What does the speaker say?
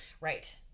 Right